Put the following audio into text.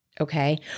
Okay